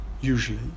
usually